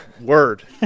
Word